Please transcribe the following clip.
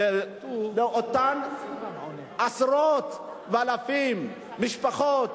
התשובה לאותן עשרות ואלפי משפחות,